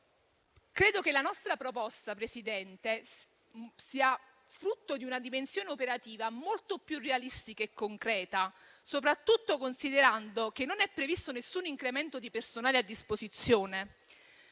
Credo che la nostra proposta sia frutto di una dimensione operativa molto più realistica e concreta, soprattutto considerando che non è previsto nessun incremento di personale a disposizione.